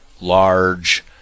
Large